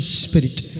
spirit